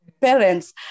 parents